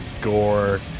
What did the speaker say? gore